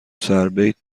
سربیت